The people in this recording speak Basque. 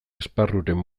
esparruren